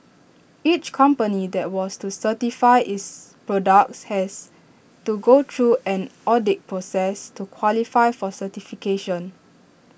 each company that wants to certify its products has to go through an audit process to qualify for certification